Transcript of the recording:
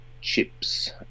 chips